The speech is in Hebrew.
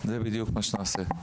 זה בדיוק מה שנעשה.